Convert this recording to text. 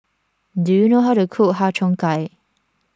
do you know how to cook Har Cheong Gai